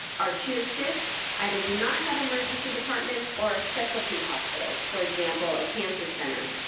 our tier six either do not have emergency departments or are specialty hospitals, for example, a cancer center.